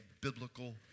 biblical